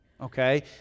Okay